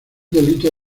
delito